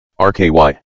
RKY